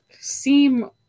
seem